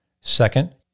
Second